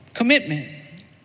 Commitment